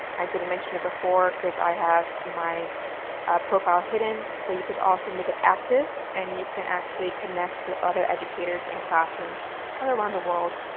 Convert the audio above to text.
i didn't mention it before because i have my profile hidden, but you could also make it active and you can actually connect with other educators in classrooms from around the world.